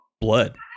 blood